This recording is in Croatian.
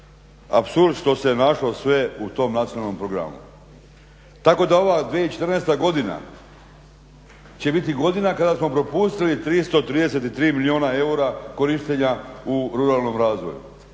apsurd što se našlo sve u tom nacionalnom programu, tako da ova 2014. godina će biti godina kada smo propustili 333 milijuna eura korištenja u ruralnom razvoju.